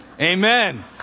Amen